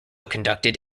conducted